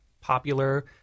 popular